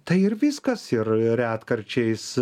tai ir viskas ir retkarčiais